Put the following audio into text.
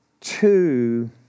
two